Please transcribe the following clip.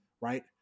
right